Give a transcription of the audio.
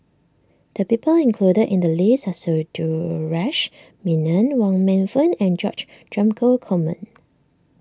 the people included in the list are Sundaresh Menon Wong Meng Voon and George Dromgold Coleman